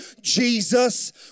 Jesus